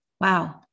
wow